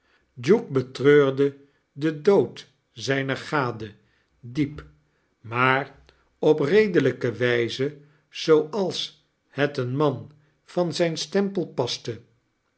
duke betreurde den dood zyner gade diep maar op redelijke wyze zooals het een man van zijn stempel paste